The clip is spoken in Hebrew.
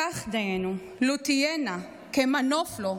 כך דינו! לו תהיה נא / כמנוף לו,